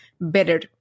better